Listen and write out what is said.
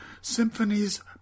symphonies